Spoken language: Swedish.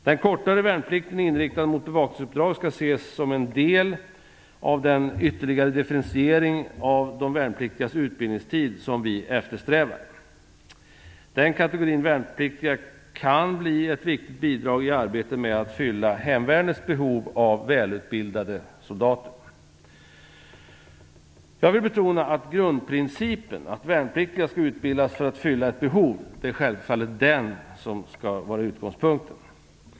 Den kortare värnplikten, inriktad mot bevakningsuppdrag, skall ses som en del av den ytterligare differentiering av de värnpliktigas utbildningstid som vi eftersträvar. Den kategorin värnpliktiga kan bli ett viktigt bidrag i arbetet med att fylla hemvärnets behov av välutbildade soldater. Jag vill betona att grundprincipen att värnpliktiga skall utbildas för att fylla ett behov självfallet skall vara utgångspunkten.